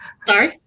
Sorry